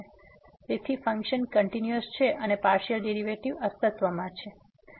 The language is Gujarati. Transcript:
તેથી ફંક્શન કંટીન્યુઅસ છે અને પાર્સીઅલ ડેરીવેટીવ અસ્તિત્વમાં છે